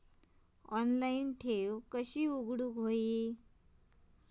Online ठेव कशी उघडायची?